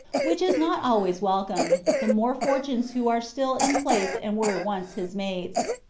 which is not always welcomed, the more-fortunates who are still in place and were once his mates.